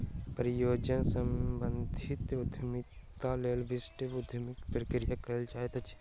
परियोजना सम्बंधित उद्यमिताक लेल विशिष्ट उद्यमी प्रक्रिया कयल जाइत अछि